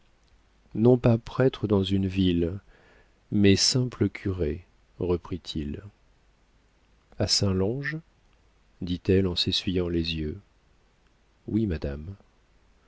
non pas prêtre dans une ville mais simple curé reprit-il a saint lange dit-elle en s'essuyant les yeux oui madame